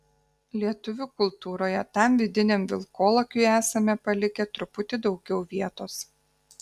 lietuvių kultūroje tam vidiniam vilkolakiui esame palikę truputį daugiau vietos